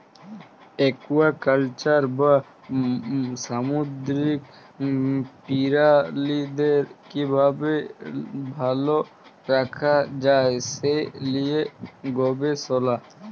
aquaculture বা সামুদ্দিরিক পিরালিদের কিভাবে ভাল রাখা যায় সে লিয়ে গবেসলা